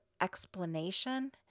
explanation